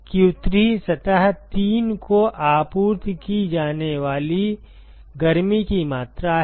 q3 सतह तीन को आपूर्ति की जाने वाली गर्मी की मात्रा है